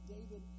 David